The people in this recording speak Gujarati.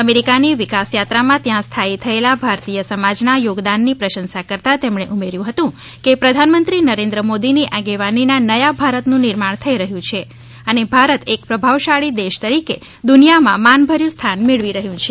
અમેરિકાની વિકાસ યાત્રા માં ત્યાં સ્થાયી થયેલા ભારતીય સમાજ ના યોગદાન ની પ્રશંશા કરતાં તેમણે ઉમેર્થું હતું કે પ્રધાન મંત્રી નરેન્દ્ર મોદી ની આગેવાની ના નયા ભારત નું નિર્માણ થઈ રહ્યું છે અને ભારત એક પ્રભાવશાળી દેશ તરીકે દુનિયા માં માનભર્યું સ્થાન મેળવી રહ્યું છે